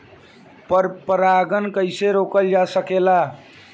पर परागन कइसे रोकल जा सकेला?